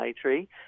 tree